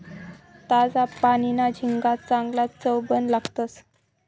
ताजा पानीना झिंगा चांगलाज चवबन लागतंस